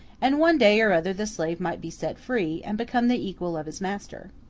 and one day or other the slave might be set free, and become the equal of his master.